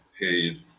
paid